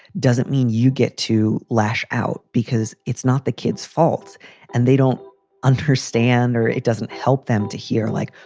doesn't mean you get to lash out because it's not the kid's fault and they don't understand or it doesn't help them to hear like,